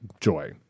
joy